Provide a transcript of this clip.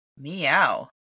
Meow